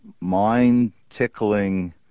mind-tickling